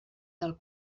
del